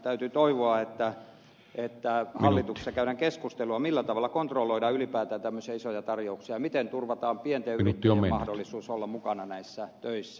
täytyy toivoa että hallituksessa käydään keskustelua millä tavalla kontrolloidaan ylipäätään tämmöisiä isoja tarjouksia miten turvataan pienten yrittäjien mahdollisuus olla mukana näissä töissä